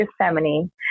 gethsemane